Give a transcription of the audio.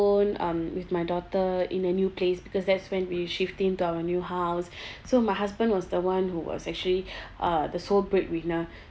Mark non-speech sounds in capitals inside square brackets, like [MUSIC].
um with my daughter in a new place because that's when we shifting to our new house [BREATH] so my husband was the one who was actually [BREATH] uh the sole breadwinner